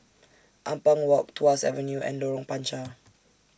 Ampang Walk Tuas Avenue and Lorong Panchar